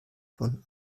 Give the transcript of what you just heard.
von